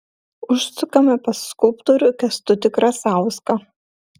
užsukame pas skulptorių kęstutį krasauską